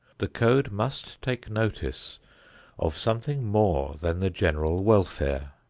the code must take notice of something more than the general welfare.